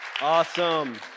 Awesome